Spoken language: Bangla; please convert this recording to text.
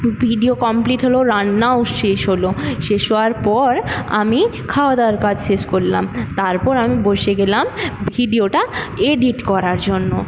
ভিডিও কমপ্লিট হল রান্নাও শেষ হল শেষ হওয়ার পর আমি খাওয়া দাওয়ার কাজ শেষ করলাম তারপর আমি বসে গেলাম ভিডিওটা এডিট করার জন্য